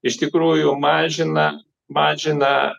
iš tikrųjų mažina mažina